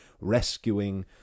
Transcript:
rescuing